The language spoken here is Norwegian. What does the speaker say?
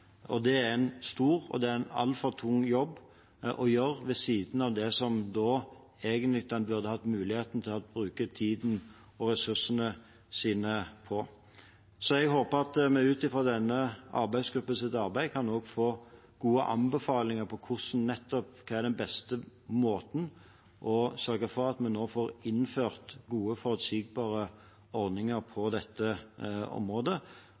Det er en stor og altfor tung jobb å gjøre ved siden av det som en egentlig burde ha muligheten til å bruke tiden sin og ressursene sine på. Jeg håper at vi ut fra denne arbeidsgruppens arbeid også kan få gode anbefalinger om den beste måten å sørge for at vi nå får innført gode, forutsigbare ordninger på dette området.